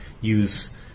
use